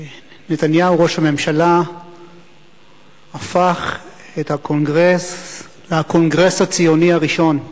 נתניהו ראש הממשלה הפך את הקונגרס לקונגרס הציוני הראשון,